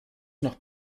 noch